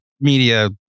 media